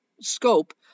scope